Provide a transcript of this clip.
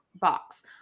box